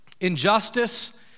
injustice